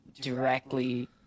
directly